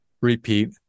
repeat